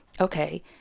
okay